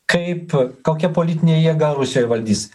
kaip kokia politinė jėga rusijoj valdys